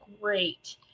great